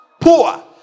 Poor